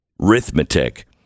arithmetic